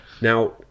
Now